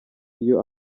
iyo